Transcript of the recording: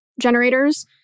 generators